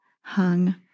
hung